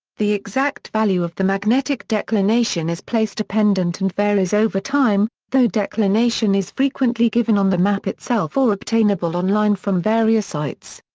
the exact value of the magnetic declination is place-dependent and varies over time, though declination is frequently given on the map itself or obtainable on-line from various sites.